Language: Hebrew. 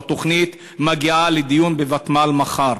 והתוכנית מגיעה לדיון בוותמ"ל מחר.